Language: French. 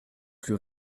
plus